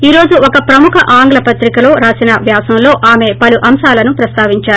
ఈ రోజు ఒక ప్రముఖ ఆంగ్ల పత్రికలో రాసిన వ్యాసంలో ఆమె పలు అంశాలను ప్రస్తావించారు